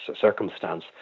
circumstance